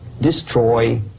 destroy